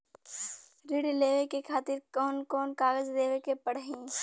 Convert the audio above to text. ऋण लेवे के खातिर कौन कोन कागज देवे के पढ़ही?